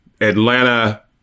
Atlanta